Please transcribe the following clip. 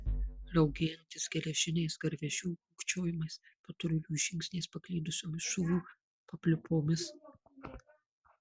raugėjantis geležiniais garvežių ūkčiojimais patrulių žingsniais paklydusiomis šūvių papliūpomis